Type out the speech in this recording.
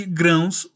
grãos